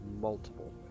multiple